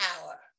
power